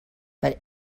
but